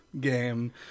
game